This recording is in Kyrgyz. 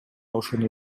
ошону